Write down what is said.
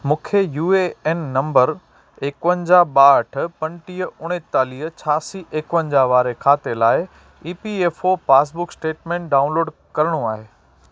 मूंखे U A N number एकवंजाहु ॿाहठि पंटीह उणेतालीह छहासी एकवंजाह वारे खाते लाइ E P F O passbook statement download करिणो आहे